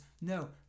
No